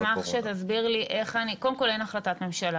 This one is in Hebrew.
אני אשמח שתסביר לי איך קודם אין החלטת ממשלה,